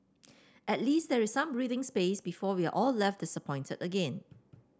at least there is some breathing space before we are all left disappointed again